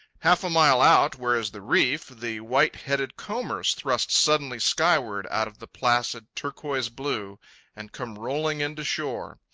half a mile out, where is the reef, the white-headed combers thrust suddenly skyward out of the placid turquoise-blue and come rolling in to shore.